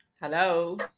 Hello